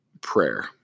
prayer